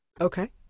Okay